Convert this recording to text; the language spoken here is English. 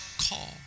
call